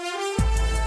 נפסקה